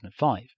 2005